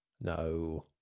No